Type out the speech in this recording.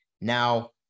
Now